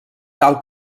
tal